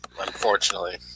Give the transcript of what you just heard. unfortunately